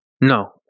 no